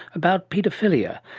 about paedophilia.